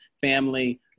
family